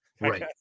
Right